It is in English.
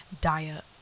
diet